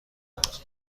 بود